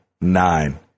nine